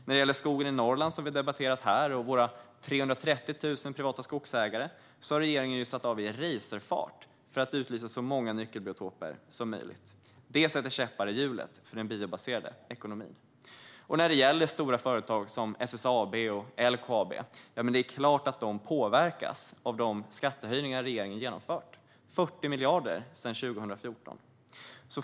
När det gäller skogen i Norrland, som vi har debatterat här, och våra 330 000 privata skogsägare, har regeringen satt av i racerfart för att utlysa så många nyckelbiotoper som möjligt. Det sätter käppar i hjulet för den biobaserade ekonomin. När det gäller stora företag som SSAB och LKAB är det klart att de påverkas av de skattehöjningar som regeringen har genomfört med 40 miljarder sedan 2014.